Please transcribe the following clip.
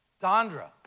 Dondra